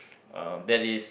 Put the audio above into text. uh that is